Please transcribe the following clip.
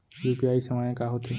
UPI सेवाएं का होथे